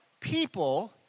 people